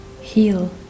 heal